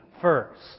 first